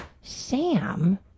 Sam